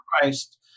Christ